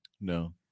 No